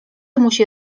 musi